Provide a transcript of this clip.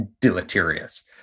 deleterious